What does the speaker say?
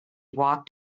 walked